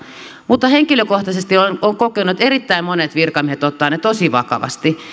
mutta henkilökohtaisesti olen kokenut että erittäin monet virkamiehet ottavat ne tosi vakavasti